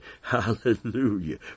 Hallelujah